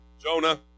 Jonah